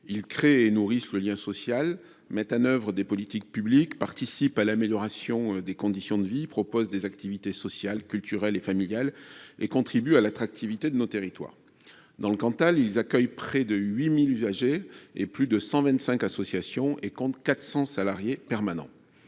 Ils créent et nourrissent le lien social, mettent en œuvre des politiques publiques, participent à l’amélioration des conditions de vie, proposent des activités sociales, culturelles et familiales et contribuent à l’attractivité de nos territoires. Dans le Cantal, près de 8 000 usagers sont ainsi accueillis dans des centres animés par plus de 125 associations et employant 400 salariés permanents.